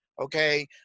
okay